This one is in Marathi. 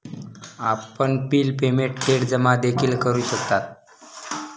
आपण बिल पेमेंट थेट जमा देखील करू शकता